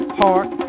heart